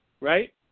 Right